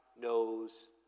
knows